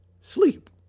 sleep